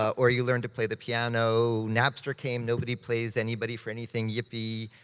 or you learn to play the piano. napster came, nobody pays anybody for anything, yippee.